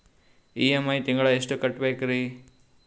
EMI ತಿಂಗಳ ಎಷ್ಟು ಕಟ್ಬಕ್ರೀ?